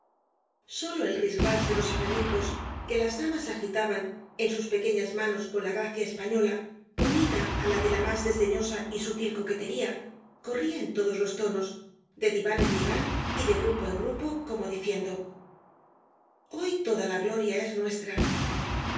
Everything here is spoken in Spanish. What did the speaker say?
sólo el ris ras de los abanicos que las damas agitaban en sus pequeñas manos con la gracia española unida á la de la más desdeñosa y sutil coquetería corría en todos los tonos de diván en diván y de grupo en grupo como diciendo hoy toda la gloria es nuestra